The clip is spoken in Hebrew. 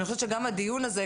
אני חושבת שגם הדיון הזה,